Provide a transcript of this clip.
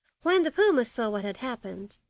when the puma saw what had happened,